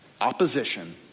opposition